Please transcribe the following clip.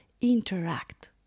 interact